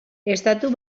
estatu